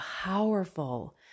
powerful